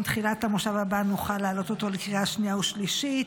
עם תחילת המושב הבא נוכל להעלות אותו לקריאה שנייה ושלישית.